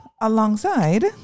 alongside